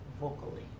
vocally